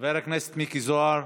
חבר הכנסת מיקי זוהר,